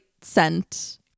scent